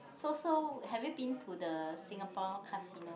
so so have you been to the Singapore casino